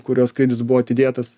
kurio skrydis buvo atidėtas